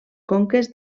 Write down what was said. conques